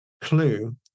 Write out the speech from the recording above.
clue